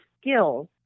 skills